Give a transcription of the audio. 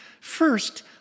First